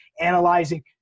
analyzing